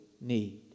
need